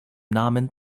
namen